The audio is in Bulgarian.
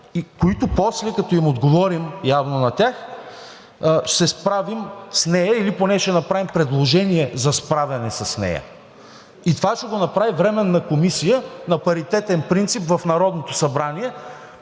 които после като им отговорим явно на тях, ще се справим с нея или поне ще направим предложение за справяне с нея? И това ще го направи Временна комисия на паритетен принцип в Народното събрание.